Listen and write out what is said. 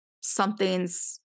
something's